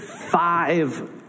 five